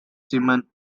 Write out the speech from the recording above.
simon